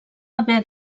haver